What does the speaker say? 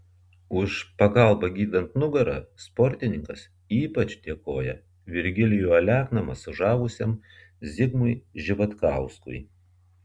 už pagalbą gydant nugarą sportininkas ypač dėkoja virgilijų alekną masažavusiam zigmui živatkauskui